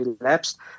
elapsed